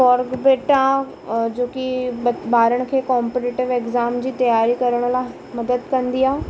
फोर्ग बिट आहे जो बि ॿारनि खे कॉम्पिटिटिव एग्ज़ाम जी तैयारी करण लाइ मदद कंदी आहे